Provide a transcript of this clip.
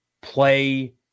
play